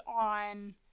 on